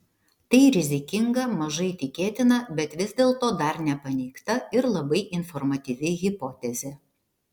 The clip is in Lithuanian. tai rizikinga mažai tikėtina bet vis dėlto dar nepaneigta ir labai informatyvi hipotezė